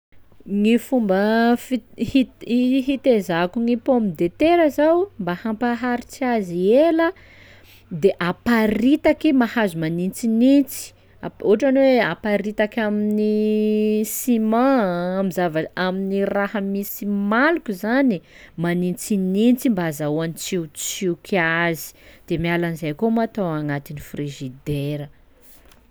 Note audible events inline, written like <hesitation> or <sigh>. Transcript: Gny fomba fit- hit- i- hitaizako gny pomme de terra zao mba hampaharitsy azy ela de aparitaky mahazo manintsinintsy, ap- ohatra ny hoe aparitaky amin'ny <hesitation> siman, amy zava- amin'ny raha misy maloky zany, manintsinintsy mba azahoan'ny tsiotsioky azy de miala am'izay koa moa atao agnatin'ny frizidera.